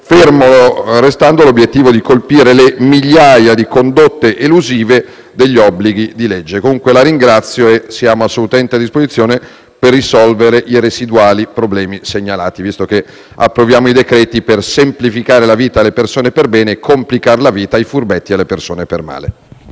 fermo restando l'obiettivo di colpire le migliaia di condotte elusive degli obblighi di legge. In conclusione, senatrice Unterberger, la ringrazio e le assicuro che siamo assolutamente a disposizione per risolvere i residuali problemi segnalati, visto che adottiamo i decreti per semplificare la vita alle persone perbene e complicarla ai furbetti e alle persone permale.